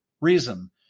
reason